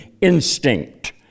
instinct